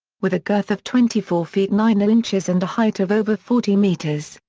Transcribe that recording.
with a girth of twenty four feet nine ah inches and a height of over forty meters,